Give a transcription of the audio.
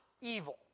evil